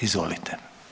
Izvolite.